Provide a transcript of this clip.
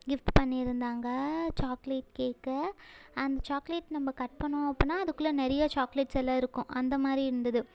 gift பண்ணியிருந்தாங்க chocolate கேக்கை அந்த சாக்லேட் நம்ம கட் பண்ணிணோம் அப்புடின்னா அதுக்குள்ள நிறைய சாக்லேட்ஸ் எல்லாம் இருக்கும் அந்த மாதிரி இருந்தது